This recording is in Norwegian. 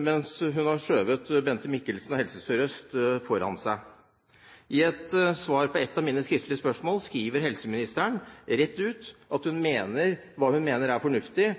mens hun har skjøvet Bente Mikkelsen og Helse Sør-Øst foran seg. I et svar på et av mine skriftlige spørsmål skriver helseministeren rett ut hva hun mener er fornuftig